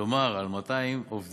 לומר על 200 עובדים